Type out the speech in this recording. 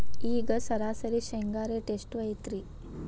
ಈಗ ಸರಾಸರಿ ಶೇಂಗಾ ರೇಟ್ ಎಷ್ಟು ಐತ್ರಿ?